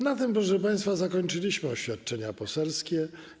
Na tym, proszę państwa, zakończyliśmy oświadczenia poselskie.